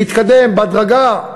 להתקדם בהדרגה.